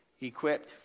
equipped